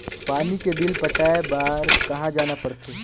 पानी के बिल पटाय बार कहा जाना पड़थे?